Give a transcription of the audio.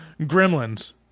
Gremlins